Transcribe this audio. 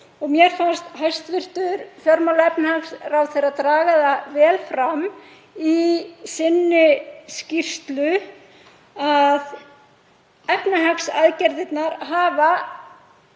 og mér fannst hæstv. fjármála- og efnahagsráðherra draga það vel fram í sinni skýrslu að efnahagsaðgerðirnar hafa